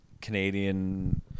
canadian